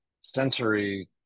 sensory